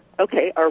Okay